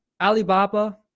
Alibaba